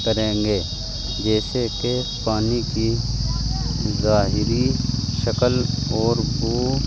کریں گے جیسے کہ پانی کی ظاہری شکل اور وہ